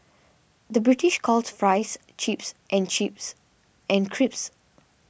the British calls Fries Chips and Chips and creeps